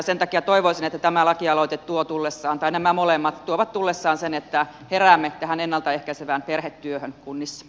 sen takia toivoisin että nämä molemmat lakialoitteet tuovat tullessaan sen että heräämme tähän ennalta ehkäisevään perhetyöhön kunnissa